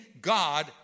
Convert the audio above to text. God